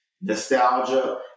nostalgia